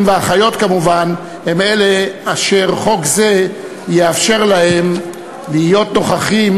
והאחיות הם אלה אשר חוק זה יאפשר להם להיות נוכחים,